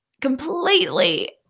completely